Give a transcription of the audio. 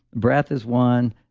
breath is one,